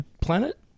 planet